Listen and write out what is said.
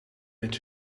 weet